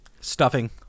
Stuffing